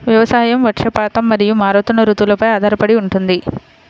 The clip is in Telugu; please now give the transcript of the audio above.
వ్యవసాయం వర్షపాతం మరియు మారుతున్న రుతువులపై ఆధారపడి ఉంటుంది